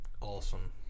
Awesome